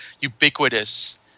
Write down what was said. ubiquitous